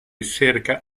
cerca